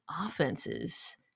offenses